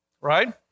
right